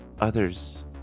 Others